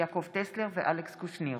יעקב טסלר ואלכס קושניר